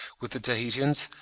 with the tahitians,